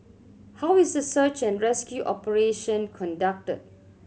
how is the search and rescue operation conducted